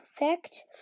effect